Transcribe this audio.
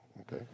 okay